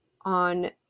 on